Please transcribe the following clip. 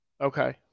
Okay